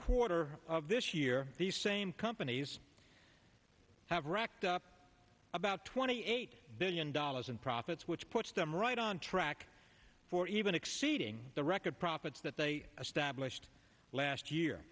quarter of this year these same companies have racked up about twenty eight billion dollars in profits which puts them right on track for even exceeding the record profits that they a stablished last year